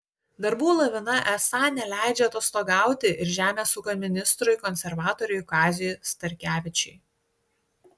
darbų lavina esą neleidžia atostogauti ir žemės ūkio ministrui konservatoriui kaziui starkevičiui